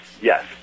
yes